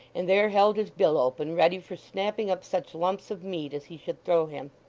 and there held his bill open, ready for snapping up such lumps of meat as he should throw him.